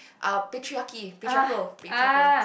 our patriarchy patriarchal patriarchal